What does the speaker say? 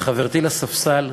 לחברתי לספסל,